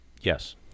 Yes